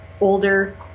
older